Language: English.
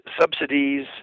subsidies